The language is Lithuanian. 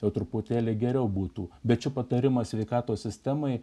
jau truputėlį geriau būtų bet čia patarimas sveikatos sistemai